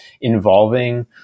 involving